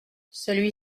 celui